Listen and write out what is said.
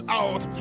out